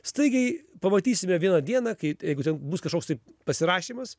staigiai pamatysime vieną dieną kai jeigu bus kažkoks tai pasirašymas